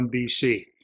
BC